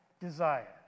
desire